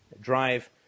drive